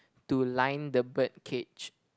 to line the bird cage